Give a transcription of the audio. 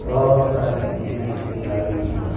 بہت ساری چیجیں ایسی آ گئی